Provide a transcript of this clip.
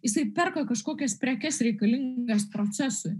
jisai perka kažkokias prekes reikalingas procesui